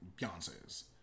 Beyonce's